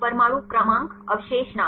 परमाणु क्रमांक अवशेष नाम